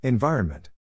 Environment